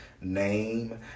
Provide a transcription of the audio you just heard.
name